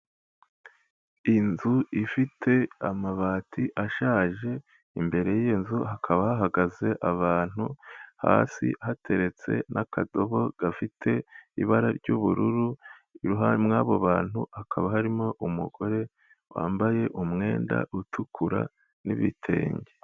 Inzu ifite amabati ashaje, imbere yiyinzu hakaba hahagaze abantu hasi hateretse n'akadobo gafite ibara ry'ubururu, iruhande mwabo bantu hakaba harimo umugore wambaye umwenda utukura n'ibitenge.